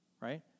right